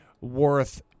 worth